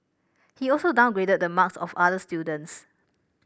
he also downgraded the marks of other students